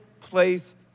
place